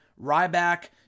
Ryback